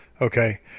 Okay